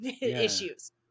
issues